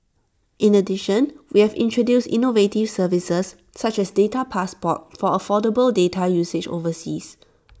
in addition we have introduced innovative services such as data passport for affordable data usage overseas